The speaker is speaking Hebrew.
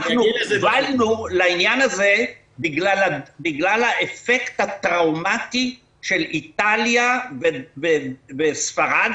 אנחנו הגענו לעניין הזה בגלל האפקט הטראומטי של איטליה וספרד,